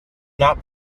not